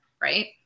right